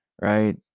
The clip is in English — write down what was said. Right